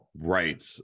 Right